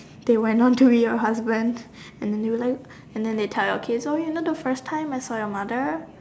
they went on to be your husband and they will like and then they will tell your kids oh you know the first time I saw your mother